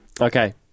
Okay